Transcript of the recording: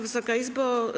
Wysoka Izbo!